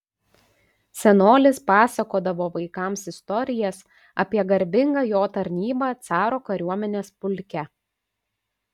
senolis pasakodavo vaikams istorijas apie garbingą jo tarnybą caro kariuomenės pulke